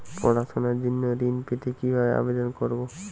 পড়াশুনা জন্য ঋণ পেতে কিভাবে আবেদন করব?